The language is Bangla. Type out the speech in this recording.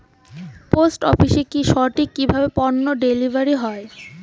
পোস্ট অফিসে কি সঠিক কিভাবে পন্য ডেলিভারি হয়?